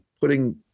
putting